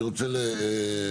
אני רוצה לדעת